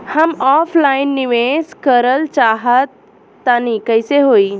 हम ऑफलाइन निवेस करलऽ चाह तनि कइसे होई?